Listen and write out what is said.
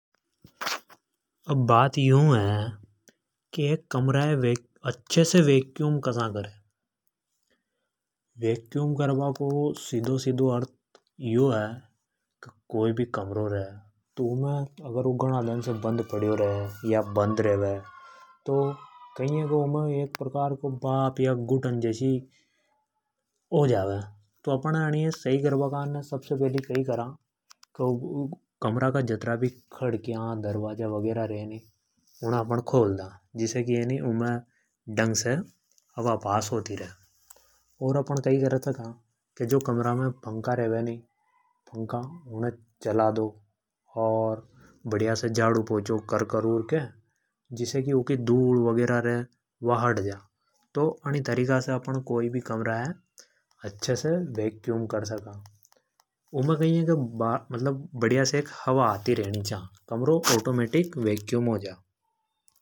﻿अब बात यूं है कि एक कमरा ये अच्छे से वैक्यूम कसा करा। वैक्यूम करबा को सीदो सीदो अर्थ यो है की कोई भी कमरो रे अगर वु घणा दन से बंद पड्यो रे तो उमे घुटन जसि हो जावे। तो अणी सही करबा कानने अपण सबसे पेलि कई करा की उनी कमरा का जतरा भी खिड़की दरवाजा रे उने खोल दा। जिसे की उमे ढंग से हवा पास होती रे। अपण कमरा का पंखा ने चलार बढ़िया से झाड़ू पोछा कर दा। जिसे कि ऊँ की धुल वैगरह रे वा से हट जा। तो अपण अनि तरीका से कोई भी कमरा ये वैक्यूम कर सका। उमे कई है की कमरा मे हवा आती रेनी चा जिसे की कमरो ऑटोमेटिक वैक्यूम हो जा।